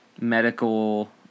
medical